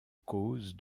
cause